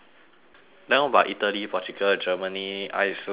then what about italy portugal germany iceland